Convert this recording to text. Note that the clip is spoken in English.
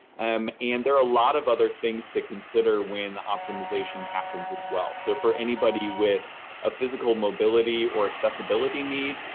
um and there are a lot of other things to consider when optimization happens as well. so for anybody with a physical mobility or accessibility need,